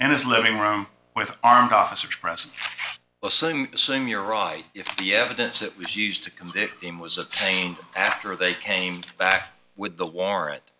and his living room with armed officers present the same you're right if the evidence that was used to convict him was attained after they came back with the war it